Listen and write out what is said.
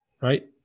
right